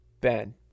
Ben